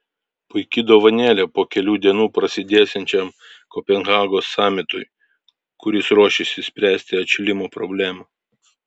puiki dovanėlė po kelių dienų prasidėsiančiam kopenhagos samitui kuris ruošiasi spręsti atšilimo problemą